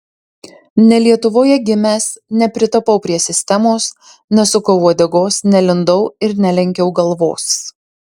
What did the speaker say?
ne lietuvoje gimęs nepritapau prie sistemos nesukau uodegos nelindau ir nelenkiau galvos